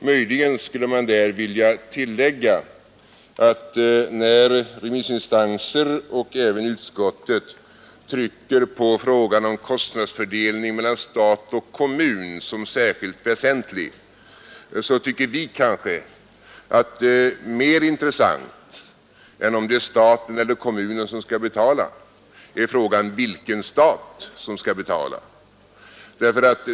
Möjligen skulle man vilja tillägga att när remissinstanser och även utskottet trycker på frågan om kostnadsfördelningen mellan stat och kommun som särskilt väsentlig, så tycker vi kanske att mer intressant än frågan om det är staten eller kommunen som skall betala är frågan vilken stat som skall betala.